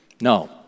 No